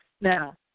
Now